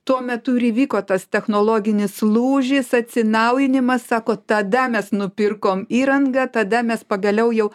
tuo metu ir įvyko tas technologinis lūžis atsinaujinimas sako tada mes nupirkom įrangą tada mes pagaliau jau